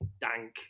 dank